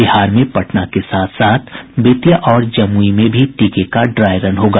बिहार में पटना के साथ साथ बेतिया और जमुई में भी टीके का ड्राई रन होगा